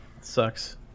sucks